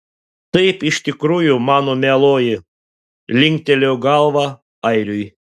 taip iš tikrųjų mano mieloji linktelėjo galva airiui